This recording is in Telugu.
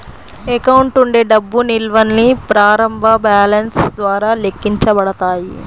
అకౌంట్ ఉండే డబ్బు నిల్వల్ని ప్రారంభ బ్యాలెన్స్ ద్వారా లెక్కించబడతాయి